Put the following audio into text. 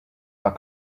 are